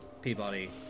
Peabody